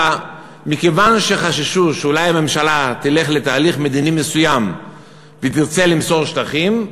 היה החשש שאולי הממשלה תלך לתהליך מדיני מסוים ותרצה למסור שטחים.